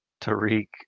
Tariq